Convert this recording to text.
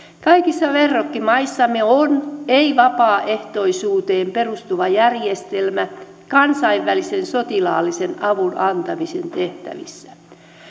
kaikissa verrokkimaissamme on ei vapaaehtoisuuteen perustuva järjestelmä kansainvälisen sotilaallisen avun antamisen tehtävissä